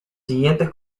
siguientes